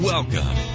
Welcome